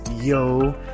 yo